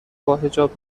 باحجاب